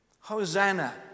Hosanna